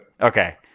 Okay